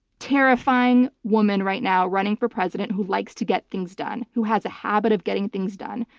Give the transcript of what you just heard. terrifying woman right now running for president who likes to get things done. who has a habit of getting things done.